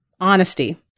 honesty